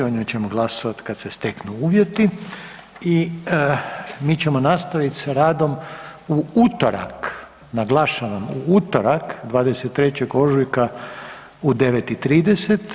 O njoj ćemo glasovati kad se steknu uvjeti i mi ćemo nastaviti sa radom u utorak, naglašavam, u utorak, 23. ožujka u 9.30.